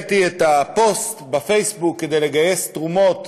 כשהעליתי את הפוסט בפייסבוק כדי לגייס תרומות,